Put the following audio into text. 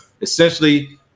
essentially